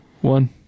one